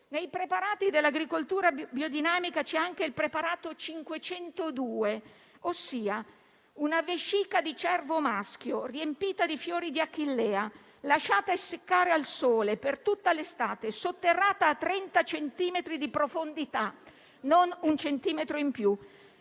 Nei preparati dell'agricoltura biodinamica c'è anche il preparato 502, ossia una vescica di cervo maschio riempita di fiori di achillea, lasciata essiccare al sole per tutta l'estate, sotterrata a 30 centimetri di profondità (non un centimetro in più)